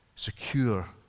secure